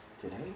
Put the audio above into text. today